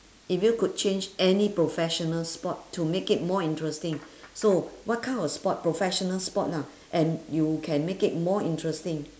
if you could change any professional spot to make it more interesting so what kind of spot professional spot lah and you can make it more interesting